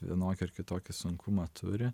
vienokį ar kitokį sunkumą turi